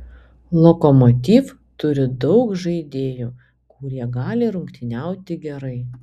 lokomotiv turi daug žaidėjų kurie gali rungtyniauti gerai